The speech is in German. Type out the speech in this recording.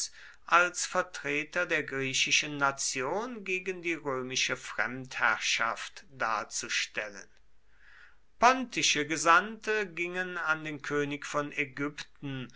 als vertreter der griechischen nation gegen die römische fremdherrschaft darzustellen pontische gesandte gingen an den könig von ägypten